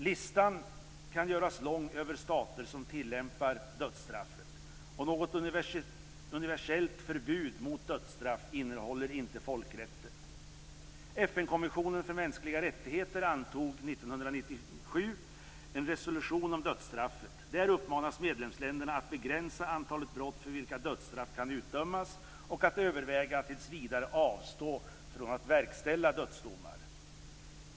Listan kan göras lång över stater som tillämpar dödsstraffet. Något universellt förbud mot dödsstraff innehåller inte folkrätten. 1997 en resolution om dödsstraffet. Där uppmanas medlemsländerna att begränsa antalet brott för vilka dödsstraff kan utdömas och att överväga att tills vidare avstå från att verkställa dödsdomar.